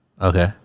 Okay